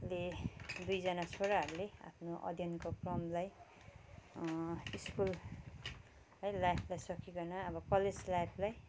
ले दुईजना छोराहरूले आफ्नो अध्ययनको क्रमलाई स्कुल है लाइफलाई सक्किन अब कलेज लाइफलाई